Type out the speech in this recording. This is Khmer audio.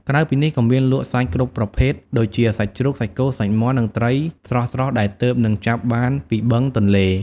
ក្រៅពីនេះ ក៏មានលក់សាច់គ្រប់ប្រភេទ ដូចជា សាច់ជ្រូក សាច់គោ សាច់មាន់ និងត្រីស្រស់ៗដែលទើបនឹងចាប់បានពីបឹងទន្លេ។